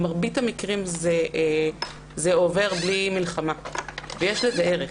במרבית המקרים זה עובר בלי מלחמה ויש לזה ערך,